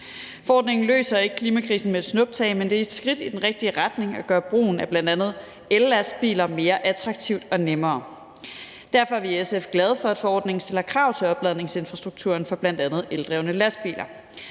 Forordningen løser ikke klimakrisen med et snuptag, men det er et skridt i den rigtige retning at gøre brugen af bl.a. ellastbiler mere attraktiv og nemmere. Derfor er vi i SF glade for, at forordningen stiller krav til opladningsinfrastrukturen for bl.a. eldrevne lastbiler.